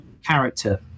character